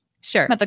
Sure